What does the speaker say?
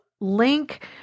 link